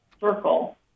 circle